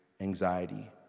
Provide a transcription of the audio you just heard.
anxiety